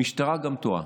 שהמשטרה גם טועה